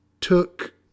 took